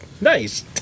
nice